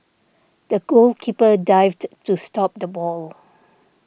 the goalkeeper dived to stop the ball